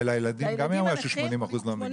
לילדים גם אם היא אמרה ש-80% לא מגיעים.